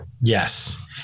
Yes